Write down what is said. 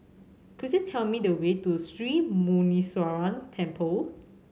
could you tell me the way to Sri Muneeswaran Temple